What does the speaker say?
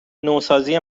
نوسازی